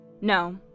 No